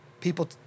people